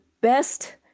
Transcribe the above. best